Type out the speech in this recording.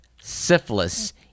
syphilis